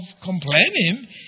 complaining